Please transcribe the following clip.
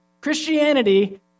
Christianity